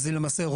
וזה למעשה,